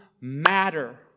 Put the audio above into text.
matter